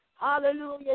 Hallelujah